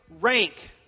rank